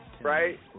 right